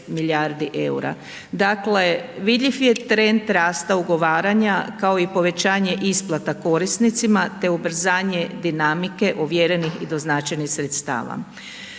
Dakle, vidljiv je trend rasta ugovaranja, kao i povećanje isplata korisnicima, te ubrzanje dinamike ovjerenih i doznačenih sredstava.